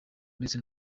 ndetse